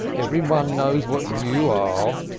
everybody knows what you are.